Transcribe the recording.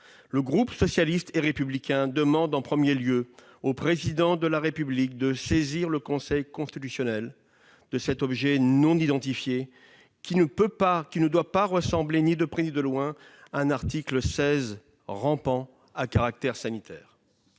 le groupe socialiste et républicain demande en premier lieu au Président de la République de saisir le Conseil constitutionnel de cet objet non identifié, qui ne peut, qui ne doit ressembler ni de près ni de loin à un article 16 rampant à caractère sanitaire.